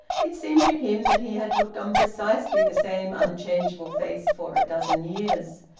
it seemed to him that he had looked on precisely the same unchangeable face for a dozen years.